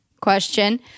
question